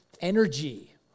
energy